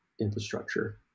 infrastructure